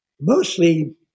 Mostly